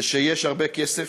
יש הרבה כסף,